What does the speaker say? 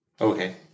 Okay